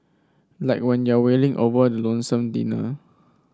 like when you're wailing over the lonesome dinner